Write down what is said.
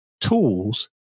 tools